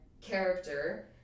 character